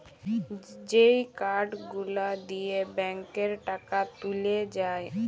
যেই কার্ড গুলা দিয়ে ব্যাংকে টাকা তুলে যায়